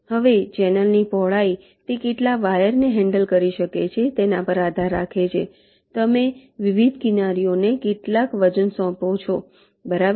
હવે ચેનલની પહોળાઈ તે કેટલા વાયરને હેન્ડલ કરી શકે છે તેના પર આધાર રાખે છે કે તમે વિવિધ કિનારીઓને કેટલાક વજન સોંપી શકો છો બરાબર